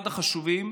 הנושאים החשובים,